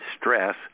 stress